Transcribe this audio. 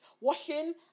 Washing